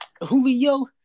Julio